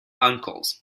uncles